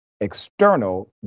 external